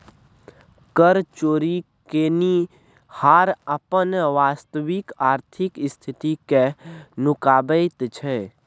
कर चोरि केनिहार अपन वास्तविक आर्थिक स्थिति कए नुकाबैत छै